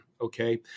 okay